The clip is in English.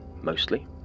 mostly